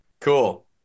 Cool